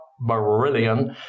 Brilliant